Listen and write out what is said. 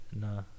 No